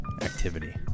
activity